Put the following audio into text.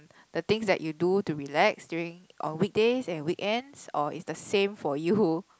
the things that you do to relax during on weekdays and weekends or is the same for you